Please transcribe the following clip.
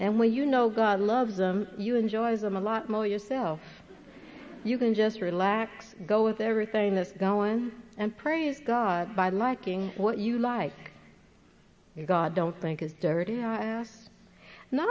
when you know god loves them you enjoy them a lot more yourself you can just relax go with everything that's going and praise god by liking what you like your god don't think is dirty no